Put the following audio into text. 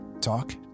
Talk